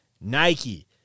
Nike